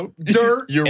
dirt